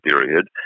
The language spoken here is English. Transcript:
period